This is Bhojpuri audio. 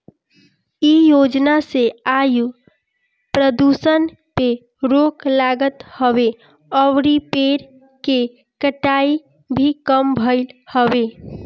इ योजना से वायु प्रदुषण पे रोक लागत हवे अउरी पेड़ के कटाई भी कम भइल हवे